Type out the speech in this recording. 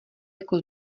jako